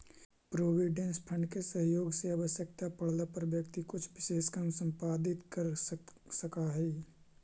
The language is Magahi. प्रोविडेंट फंड के सहयोग से आवश्यकता पड़ला पर व्यक्ति कुछ विशेष काम संपादित कर सकऽ हई